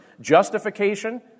justification